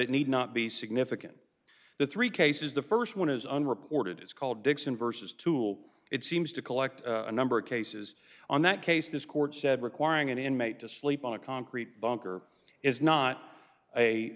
it need not be significant the three cases the st one is unreported it's called dixon versus tool it seems to collect a number of cases on that case this court said requiring an inmate to sleep on a concrete bunker is not a